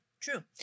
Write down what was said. True